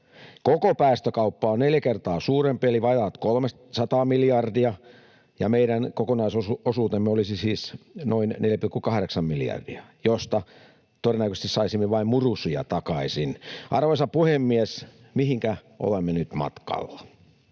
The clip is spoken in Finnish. Koko päästökauppa on neljä kertaa suurempi eli vajaat 300 miljardia, ja meidän kokonaisosuutemme olisi siis noin 4,8 miljardia, josta todennäköisesti saisimme vain murusia takaisin. Arvoisa puhemies! Mihinkä olemme nyt matkalla?